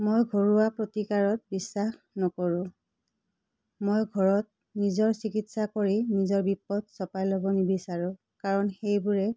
মই ঘৰুৱা প্ৰতিকাৰত বিশ্বাস নকৰোঁ মই ঘৰত নিজৰ চিকিৎসা কৰি নিজৰ বিপদ চপাই ল'ব নিবিচাৰোঁ কাৰণ সেইবোৰে